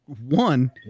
one